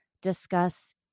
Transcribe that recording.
discuss